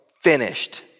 Finished